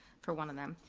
for one of them.